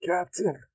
Captain